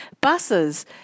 buses